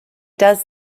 does